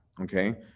Okay